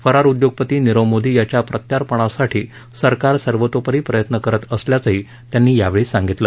फरार उद्योगपती नीरव मोदी याच्या प्रत्यार्पणासाठी सरकार सर्वतोपरी प्रयत्न करत असल्याचंही त्यांनी यावेळी सांगितलं